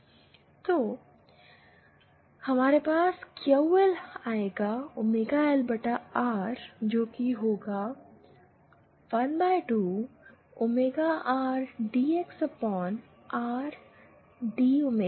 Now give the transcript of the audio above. Qu LR 1 r dX2 R d